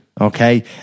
okay